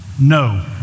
No